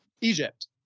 Egypt